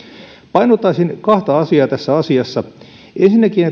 painottaisin kahta asiaa tässä asiassa ensinnäkin